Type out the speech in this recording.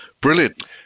brilliant